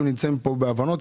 אם נמצאים פה בהבנות,